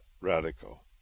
radical